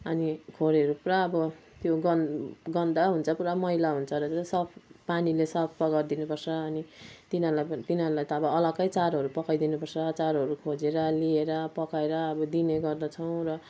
अनि खोरहरू पुरा अब त्यो गन् गन्दा हुन्छ पुरा मैला हुन्छ र चाहिँ सफ पानीले सफा गरिदिनुपर्छ अनि तिनीहरूलाई पनि तिनीहरूलाई त अब अलग्गै चारोहरू पकाइदिनुपर्छ चारोहरू खोजेर लिएर पकाएर अब दिने गर्दछौँ र